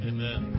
Amen